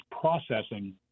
processing